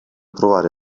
trovare